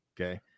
okay